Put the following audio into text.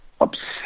obsessed